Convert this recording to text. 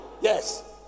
Yes